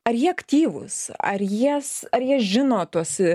ar jie aktyvūs ar jas ar jie žino tuos